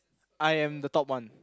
I am the top one